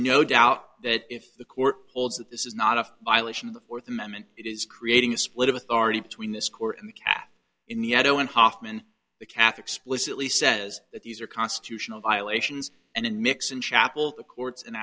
no doubt that if the court holds that this is not a violation of the fourth amendment it is creating a split of authority between this court and the cat in the eto in hofmann the calf explicitly says that these are constitutional violations and mix in chapel the courts an